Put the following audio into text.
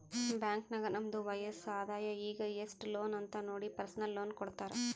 bank ನಾಗ್ ನಮ್ದು ವಯಸ್ಸ್, ಆದಾಯ ಈಗ ಎಸ್ಟ್ ಲೋನ್ ಅಂತ್ ನೋಡಿ ಪರ್ಸನಲ್ ಲೋನ್ ಕೊಡ್ತಾರ್